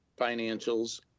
financials